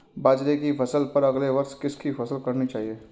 बाजरे की फसल पर अगले वर्ष किसकी फसल करनी चाहिए?